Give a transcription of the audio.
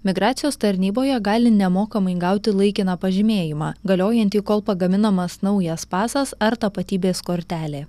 migracijos tarnyboje gali nemokamai gauti laikiną pažymėjimą galiojantį kol pagaminamas naujas pasas ar tapatybės kortelė